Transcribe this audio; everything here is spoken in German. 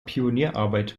pionierarbeit